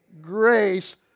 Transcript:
grace